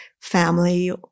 family